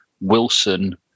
Wilson